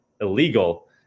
illegal